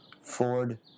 Ford